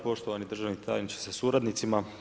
Poštovani državni tajniče sa suradnicima.